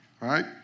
Right